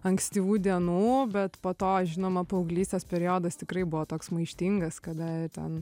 ankstyvų dienų bet po to žinoma paauglystės periodas tikrai buvo toks maištingas kada ten